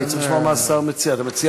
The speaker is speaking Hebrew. הנחיתי את מנהל אגף בכיר רכבות במשרדי לבצע